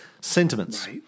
sentiments